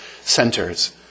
centers